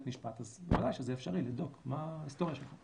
משפט אז ודאי שזה אפשרי לבדוק מה ההיסטוריה שלך.